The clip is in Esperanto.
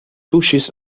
tuŝis